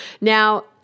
Now